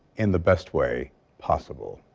and the best way possible.